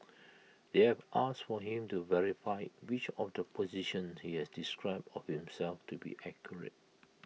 they have asked for him to verify which of the positions he has described of himself to be accurate